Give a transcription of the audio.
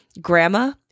Grandma